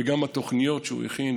וגם התוכניות שהוא הכין.